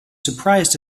surprised